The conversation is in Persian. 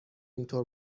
اینطور